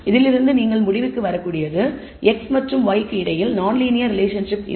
இதிலிருந்து நீங்கள் முடிவுக்கு வரக்கூடியது x மற்றும் y க்கு இடையில் நான்லீனியர் ரிலேஷன்ஷிப் இல்லை